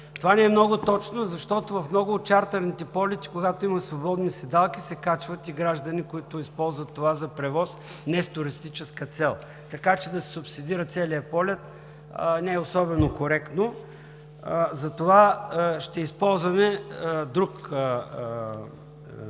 Това не е много точно, защото в много от чартърните полети, когато има свободни седалки, се качват и граждани, които използват това за превоз не с туристическа цел. Така че да се субсидира целият полет, не е особено коректно. Затова ще използваме друг похват,